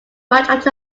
much